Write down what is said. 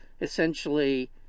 essentially